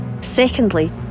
Secondly